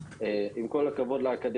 סדר גודל של עד